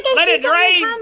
let it drain! um